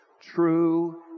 true